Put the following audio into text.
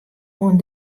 oan